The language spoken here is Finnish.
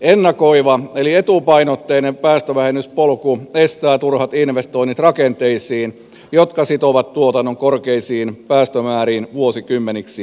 ennakoiva eli etupainotteinen päästövähennyspolku estää turhat investoinnit rakenteisiin jotka sitovat tuotannon korkeisiin päästömääriin vuosikymmeniksi eteenpäin